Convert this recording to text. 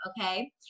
Okay